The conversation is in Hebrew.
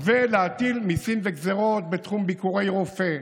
ולהטיל מיסים וגזרות בתחום ביקורי רופא,